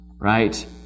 right